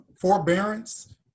forbearance